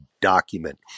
document